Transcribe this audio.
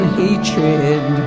hatred